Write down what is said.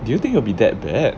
do you think it'll be that bad